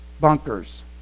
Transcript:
bunkers